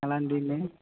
అలాంటివి